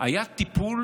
היה טיפול